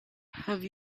have